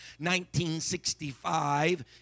1965